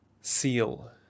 seal